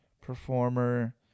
performer